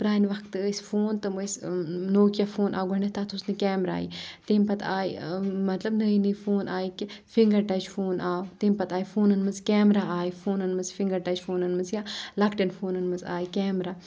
پرانہِ وَقتہٕ ٲسۍ فون تِم ٲسۍ نوکِیا فون آو گۄڈنؠتھ تَتھ اوس نہٕ کیمراہٕے تمہِ پَتہٕ آیہِ مطلب نٔے نٔے فون آیہِ کہِ فِنگَر ٹچ فون آو تمہِ پَتہٕ آیہِ فونَن منز کیمرہ آیہِ فونَن منز فِنگَر ٹچ فونَن منز یا لَکٹؠن فونن منز آیہِ کیمرہ